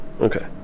Okay